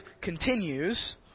continues